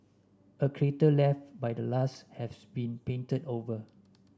a crater left by the last has been painted over